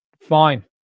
fine